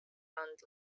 and